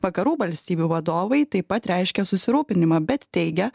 vakarų valstybių vadovai taip pat reiškia susirūpinimą bet teigia